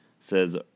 says